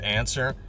answer